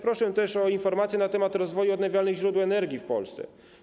Proszę też o informację na temat rozwoju odnawialnych źródeł energii w Polsce.